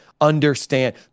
Understand